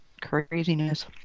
Craziness